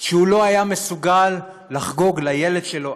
שהוא לא היה מסוגל לחגוג לילד שלו,